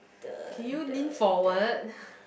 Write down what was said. the the the